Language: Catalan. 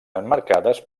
emmarcades